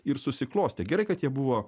ir susiklostę gerai kad jie buvo